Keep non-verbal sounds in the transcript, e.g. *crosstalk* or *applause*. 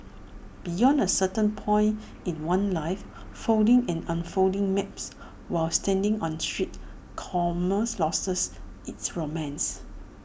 beyond A certain point in one's life folding and unfolding maps while standing on street *unintelligible* loses its romance